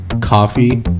Coffee